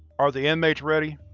are the inmates ready?